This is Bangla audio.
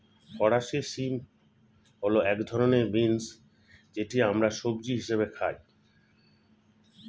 ফরাসি শিম হল এক ধরনের বিন্স যেটি আমরা সবজি হিসেবে খাই